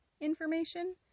information